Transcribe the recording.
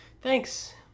Thanks